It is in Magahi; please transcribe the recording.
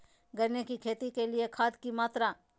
गन्ने की खेती के लिए खाद की मात्रा?